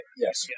yes